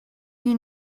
you